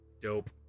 Dope